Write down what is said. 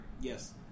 Yes